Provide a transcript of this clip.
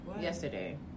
yesterday